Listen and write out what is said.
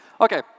Okay